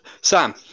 Sam